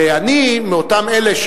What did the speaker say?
ואני מאותם אלה,